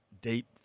deep